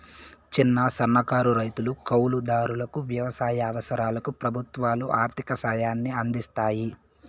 చిన్న, సన్నకారు రైతులు, కౌలు దారులకు వ్యవసాయ అవసరాలకు ప్రభుత్వాలు ఆర్ధిక సాయాన్ని అందిస్తాయి